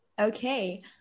Okay